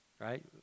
right